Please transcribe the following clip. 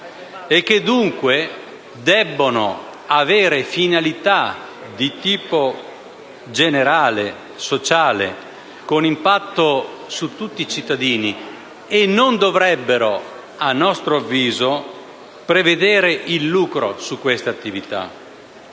e che dunque debbono avere finalità di tipo generale, sociale, con impatto su tutti i cittadini, e quindi, a nostro avviso, senza fini di lucro su tali attività.